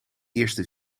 eerste